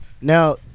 now